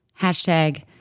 hashtag